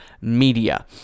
Media